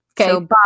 Okay